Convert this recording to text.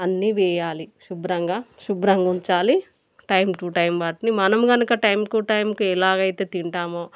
అన్నీ వెయాలి శుభ్రంగా శుభ్రంగా ఉంచాలి టైం టు టైం వాటిని మనం కనుక టైం టు టైంకి ఎలాగైతే తింటామో